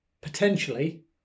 potentially